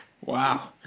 Wow